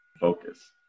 focus